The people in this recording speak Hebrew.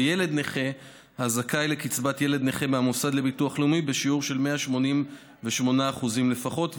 ילד נכה הזכאי לקצבת ילד נכה מהמוסד לביטוח לאומי בשיעור 188% לפחות,